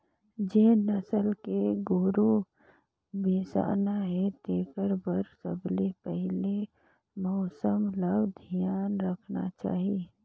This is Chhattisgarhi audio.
जेन नसल के गोरु बेसाना हे तेखर बर सबले पहिले मउसम ल धियान रखना चाही